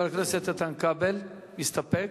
חבר הכנסת איתן כבל, מסתפק?